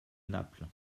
naples